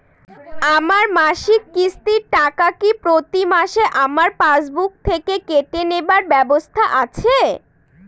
আমার মাসিক কিস্তির টাকা কি প্রতিমাসে আমার পাসবুক থেকে কেটে নেবার ব্যবস্থা আছে?